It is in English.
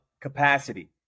capacity